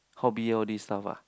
hobby all these stuff ah